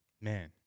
Man